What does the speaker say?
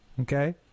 Okay